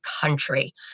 country